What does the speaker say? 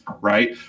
right